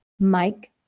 Mike